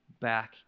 back